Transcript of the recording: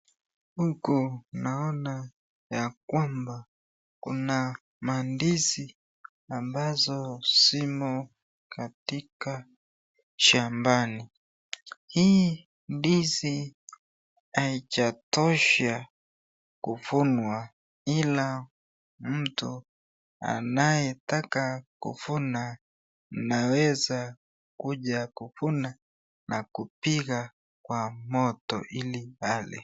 Huku naona ya. kwamba kuna mandizi ambazo zimo katika shambani. Hii ndizi haijatosha kuvunwa ila huyo mtu anayetaka kuvuna anaweza kuja kuvuna na kupika kwa moto ili ale.